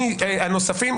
מי הנוספים,